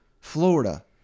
Florida